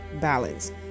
Balance